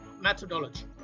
methodology